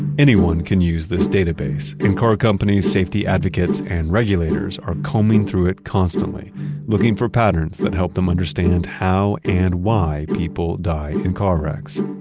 anyone can use this database, and car companies, safety advocates and regulators are combing through it constantly looking for patterns that help them understand how and why people die in car wrecks,